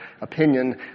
opinion